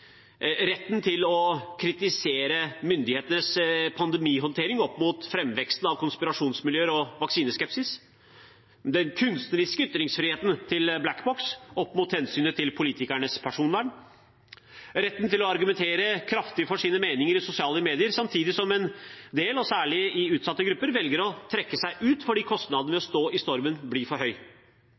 retten til å kritisere myndighetenes pandemihåndtering opp mot framveksten av konspirasjonsmiljøer og vaksineskepsis den kunstneriske ytringsfriheten til Black Box opp mot hensynet til politikernes personvern retten til å argumentere kraftig for sine meninger i sosiale medier samtidig som en del – særlig i utsatte grupper – velger å trekke seg ut fordi kostnaden ved å stå i stormen blir for høy